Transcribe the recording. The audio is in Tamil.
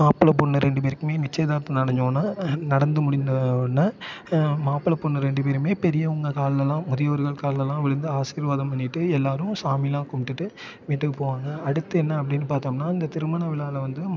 மாப்பிள்ளை பொண்ணு ரெண்டு பேருக்குமே நிச்சயதார்த்தம் நடஞ்சோன்னே நடந்து முடிந்தோன்னே மாப்பிள்ளை பொண்ணு ரெண்டு பேருமே பெரியவங்கள் கால்லெல்லாம் முதியோர்கள் கால்லெல்லாம் விழுந்து ஆசீர்வாதம் பண்ணிவிட்டு எல்லாேரும் சாமியெல்லாம் கும்பிட்டு வீட்டுக்கு போவாங்க அடுத்து என்ன அப்படின்னு பார்த்தோம்னா இந்த திருமண விழாவுல வந்து